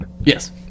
Yes